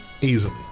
Easily